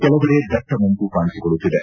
ಕೆಲವೆಡೆ ದಟ್ಟ ಮಂಜು ಕಾಣಿಸಿಕೊಳ್ಳುತ್ತಿದೆ